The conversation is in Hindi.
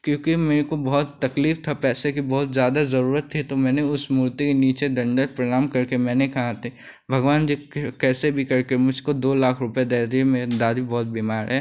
क्योंकि मेरे को बहुत तकलीफ़ थी पैसे की बहुत ज़्यादा ज़रूरत थी तो मैंने उस मूर्ति के नीचे दण्डवत प्रणाम करके मैंने कहा था भगवान जी कैसे भी करके मुझको दो लाख रुपये दे दीजिए मेरी दादी बहुत बीमार है